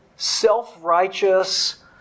Self-righteous